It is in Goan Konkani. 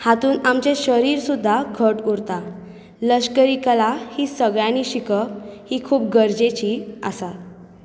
हातून आमचें शरीर सुद्दां घट उरता लश्करी कला ही सगळ्यांनी शिकप ही खूब गरजेची आसा